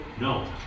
No